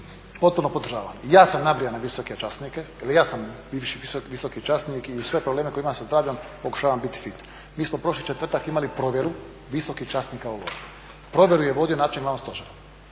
Potpuno podržavam. Ja sam nabrijan na visoke časnike jer i ja sam bivši visoki časnik i uz sve probleme koje imam sa zdravljem pokušavam biti fit. Mi smo prošli četvrtak imali provjeru visokih časnika u … provjeru je vodio načelnik glavnog stožera